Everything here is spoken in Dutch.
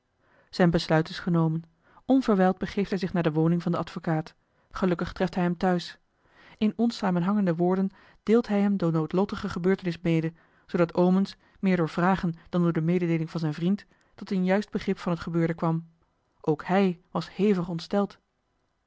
zijn besluit is genomen onverwijld begeeft hij zich naar de woning van den advocaat gelukkig treft hij hem thuis in onsamenhangende woorden deelt hij hem de noodlottige gebeurtenis mede zoodat omens meer door vragen dan door de mededeeling van zijn vriend tot een juist begrip van het gebeurde kwam ook hij was hevig